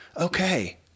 Okay